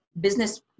business